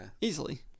easily